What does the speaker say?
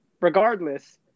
regardless